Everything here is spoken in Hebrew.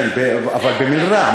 כן, בריזה, אבל במלרע.